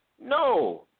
No